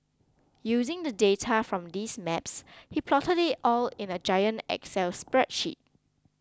using the data from these maps he plotted it all in a giant excel spreadsheet